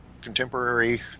contemporary